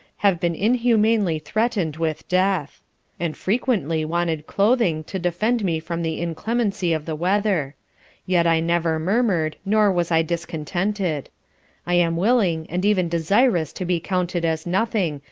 have been inhumanly threatened with death and frequently wanted clothing to defend me from the inclemency of the weather yet i never murmured, nor was i discontented i am willing, and even desirous to be counted as nothing,